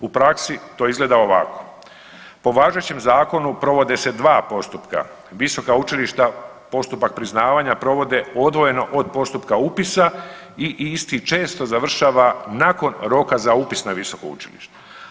U praksi to izgleda ovako, po važećem zakonu provode se dva postupka, visoka učilišta postupak priznavanja provode odvojeno od postupka upisa i isti često završava nakon roka za upis na visoko učilište.